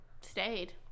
stayed